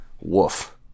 woof